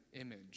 image